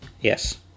yes